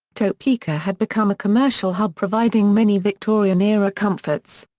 topeka had become a commercial hub providing many victorian era comforts.